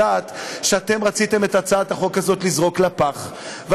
שאתם רציתם לזרוק לפח את הצעת החוק הזאת